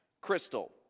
crystal